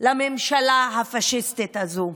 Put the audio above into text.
לממשלה הפשיסטית הזו,